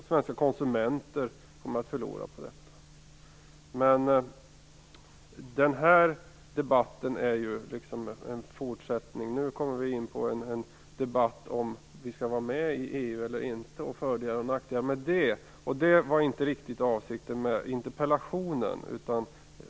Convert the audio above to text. Svenska konsumenter kommer att förlora på detta. Vi kommer dock nu in på en debatt i frågan om vi skall vara med i EU eller inte och fördelar och nackdelar med det, och det var inte riktigt avsikten med interpellationen.